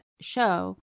show